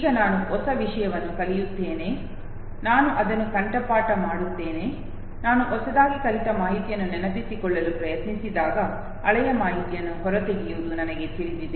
ಈಗ ನಾನು ಹೊಸ ವಿಷಯವನ್ನು ಕಲಿಯುತ್ತೇನೆ ನಾನು ಅದನ್ನು ಕಂಠಪಾಠ ಮಾಡುತ್ತೇನೆ ನಾನು ಹೊಸದಾಗಿ ಕಲಿತ ಮಾಹಿತಿಯನ್ನು ನೆನಪಿಸಿಕೊಳ್ಳಲು ಪ್ರಯತ್ನಿಸಿದಾಗ ಹಳೆಯ ಮಾಹಿತಿಯನ್ನು ಹೊರತೆಗೆಯುವುದು ನನಗೆ ತಿಳಿದಿದೆ